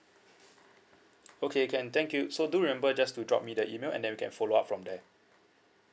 okay can thank you so do remember just to drop me the email and then we can follow up from there